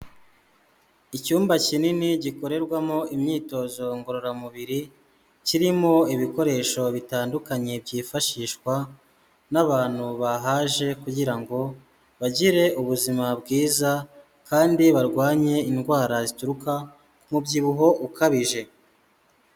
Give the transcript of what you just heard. Icyumba kinini gikorerwamo imyitozo ngororamubiri kirimo ibikoresho bitandukanye byifashishwa n'abantu bahaje kugira ngo bagire ubuzima bwiza kandi barwanye indwara zituruka kumubyibuho ukabije.